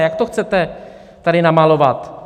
Jak to chcete tady namalovat?